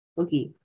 okay